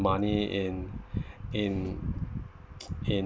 money in in in